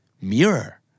Mirror